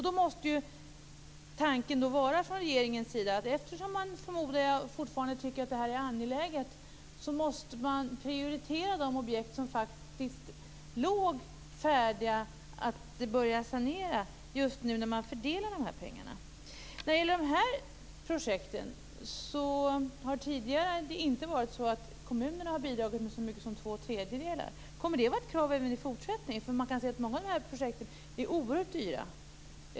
Då måste tanken från regeringens sida vara - eftersom det hela fortfarande är angeläget - att vid fördelningen av pengar prioritera de objekt som faktiskt är färdiga för sanering. Kommunerna har tidigare inte bidragit med så mycket som två tredjedelar för projekten. Kommer det att vara ett krav även i fortsättningen? Många av projekten är oerhört dyra.